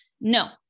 No